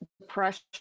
depression